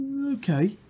Okay